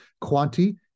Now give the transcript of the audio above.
Quanti